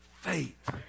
faith